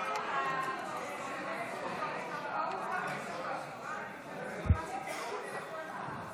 רע"מ וחד"ש-תע"ל להביע אי-אמון בממשלה לא נתקבלה.